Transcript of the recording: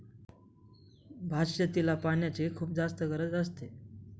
भात शेतीला पाण्याची खुप जास्त गरज असते